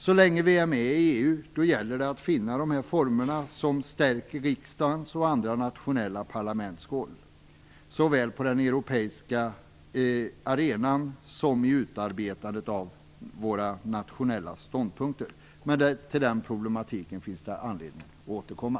Så länge vi är med i EU gäller det att finna de former som stärker riksdagens och andra nationella parlaments roll, såväl på den europeiska arenan som i utarbetandet av våra nationella ståndpunkter. Till den problematiken finns det anledning att återkomma.